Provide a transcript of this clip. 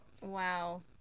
Wow